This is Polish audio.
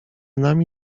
nami